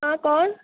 ہاں کون